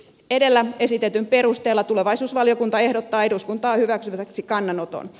edellä esitetyn perusteella tulevaisuusvaliokunta ehdottaa eduskunnan hyväksyttäväksi kannanoton